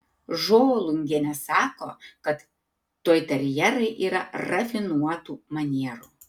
žolungienė sako kad toiterjerai yra rafinuotų manierų